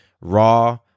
raw